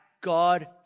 God